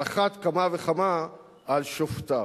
על אחת כמה וכמה על שופטיו.